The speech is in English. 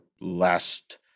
last